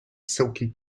silky